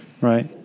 Right